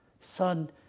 son